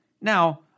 Now